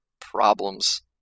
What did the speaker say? problems